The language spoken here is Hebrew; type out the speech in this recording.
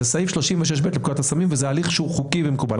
זה הליך שהוא חוקי ומקובל.